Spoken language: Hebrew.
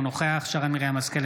אינו נוכח שרן מרים השכל,